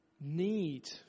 need